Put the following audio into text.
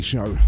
show